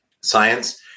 science